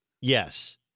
Yes